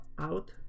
out